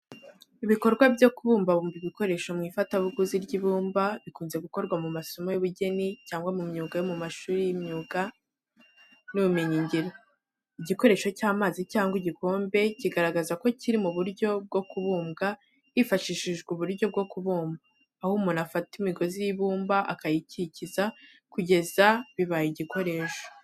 Ibikorwa byo kubumbabumba ibikoresho mu ifatabuguzi ry’ibumba, bikunze gukorwa mu masomo y’ubugeni cyangwa mu myuga yo mu mashuri y’imyuga n’ubumenyingiro. Igikoresho cy’amazi cyangwa igikombe kigaragaza ko kiri mu buryo bwo kubumbwa hifashishijwe uburyo bwo kubumba, aho umuntu afata imigozi y’ibumba akayikikiza kugeza bibaye igikoresho.